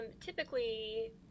Typically